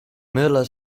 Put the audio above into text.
mulle